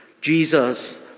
Jesus